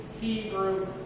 Hebrew